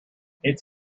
it’s